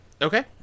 Okay